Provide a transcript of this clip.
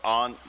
on